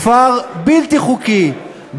כפר בלתי חוקי,